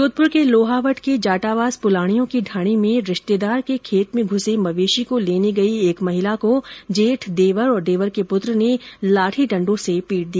जोधप्र के लोहावट के जाटावास प्लाणियों की ढाणी में रिश्तेदार के खेत में घ्रसे मवेशी को लेने गई महिला को जेठ देवर और देवर के पूत्र ने लाठी डण्डों से पीट दिया